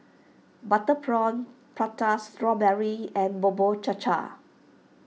Butter Prawn Prata Strawberry and Bubur Cha Cha